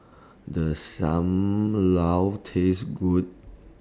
Does SAM Lau Taste Good